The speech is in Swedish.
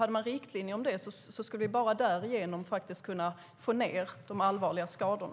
Fanns det riktlinjer för dessa skulle vi bara därigenom kunna minska de allvarliga skadorna.